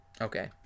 Okay